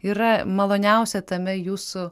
yra maloniausia tame jūsų